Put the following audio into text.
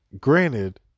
granted